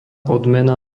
odmena